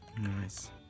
Nice